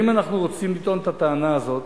אם אנחנו רוצים לטעון את הטענה הזאת,